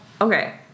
okay